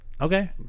Okay